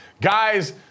Guys